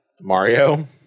Mario